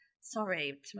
Sorry